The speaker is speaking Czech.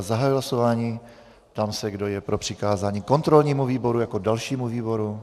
Zahajuji hlasování a ptám se, kdo je pro přikázání kontrolnímu výboru jako dalšímu výboru.